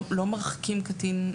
לא מרחיקים קטין,